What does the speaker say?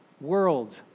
world